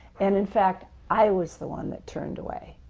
and in fact, i was the one that turned away.